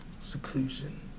seclusion